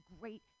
great